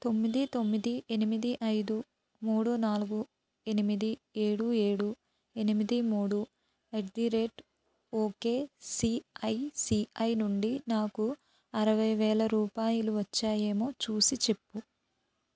తొమ్మిది తొమ్మిది ఎనిమిది ఐదు మూడు నాలుగు ఎనిమిది ఏడు ఏడు ఎనిమిది మూడు at the rate okay ICICI నుండి నాకు అరవైవేల రూపాయలు వచ్చాయేమో చూసిచెప్పు